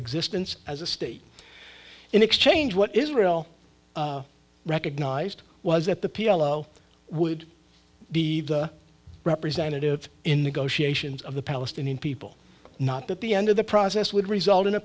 existence as a state in exchange what israel recognized was that the p l o would be representative in negotiations of the palestinian people not that the end of the process would result in a